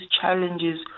challenges